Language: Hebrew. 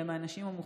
והם האנשים המוחלשים,